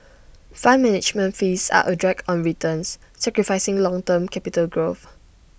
fund management fees are A drag on returns sacrificing long term capital growth